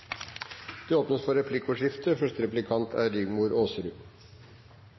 Det åpnes for replikkordskifte.